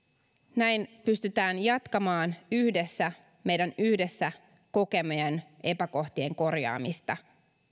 näin me pystymme jatkamaan yhdessä yhdessä kokemiemme epäkohtien korjaamista